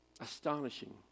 Astonishing